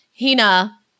Hina